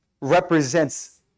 represents